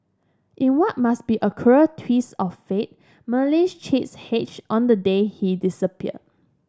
in what must be a cruel twist of fate Marilyn's chicks hatched on the day he disappeared